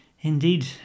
Indeed